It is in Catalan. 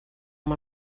amb